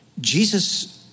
Jesus